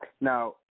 Now